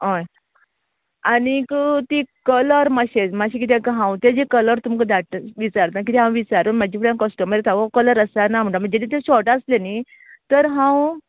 हय आनीक ती कलर मात्शे मात्शे कित्याक हांव जे जे कलर तुमकां धाडटा विचारता कित्याक हांव विचारून मागीर जे कस्टमर्स हांव कलर आसा ना म्हणटा म्हण तेजें तें शाॅर्ट आसलें न्ही तर हांव